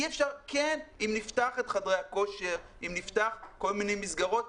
אם נפתח את חדרי הכושר וכל מיני מסגרות,